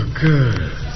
good